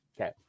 Okay